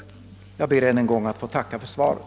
Jag ber att än en gång få tacka för svaret.